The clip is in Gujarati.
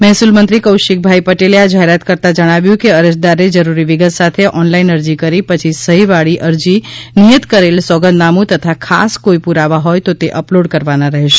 મહેસૂલ મંત્રી કૌશિકભાઇ પટેલે આ જાહેરાત કરતાં જણાવ્યું હતું કે અરજદારે જરૂરી વિગત સાથે ઓનલાઈન અરજી કરી પછી સહી વાળી અરજી નિયત કરેલ સોગંદનામું તથા ખાસ કોઈ પુરાવા હોય તો તે અપલોડ કરવાના રહેશે